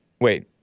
wait